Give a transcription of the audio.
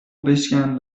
بشکن